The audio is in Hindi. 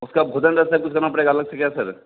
उसका भोजन में कुछ करना पड़ेगा अलग से क्या सर